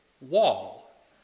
wall